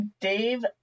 Dave